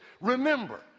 Remember